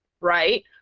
right